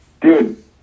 dude